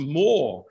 more